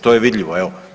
To je vidljivo, evo.